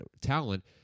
talent